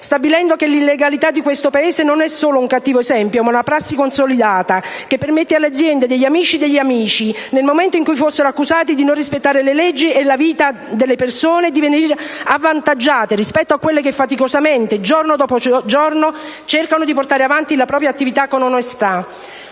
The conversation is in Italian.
Stabilendo che l'illegalità in questo Paese non è solo un cattivo esempio ma una prassi consolidata, che permette alle aziende degli amici degli amici, nel momento in cui fossero accusate di non rispettare le leggi e la vita delle persone, di essere avvantaggiate rispetto a quelle che faticosamente, giorno dopo giorno, cercano di portare avanti la propria attività con onestà!